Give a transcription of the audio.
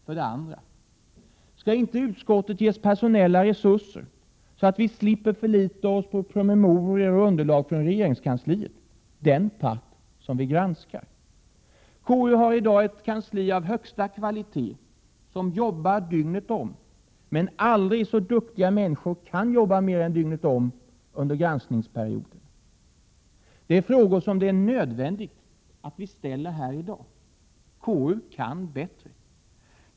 För det andra: Skall inte utskottet ges personella resurser, så att vi slipper förlita oss på promemorior och underlag från regeringskansliet, den part som vi granskar? KU har i dag ett kansli av högsta kvalitet, men aldrig så duktiga människor kan inte arbeta mer än dygnet om under granskningsperioden. Detta är frågor som det är nödvändigt att ställa i dag. KU kan bättre.